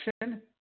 action